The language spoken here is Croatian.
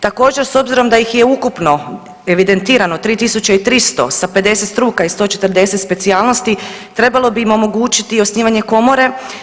Također s obzirom da ih je ukupno evidentirano 3300 sa 50 struka i 140 specijalnosti trebalo bi im omogućiti osnivanje komore.